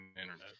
internet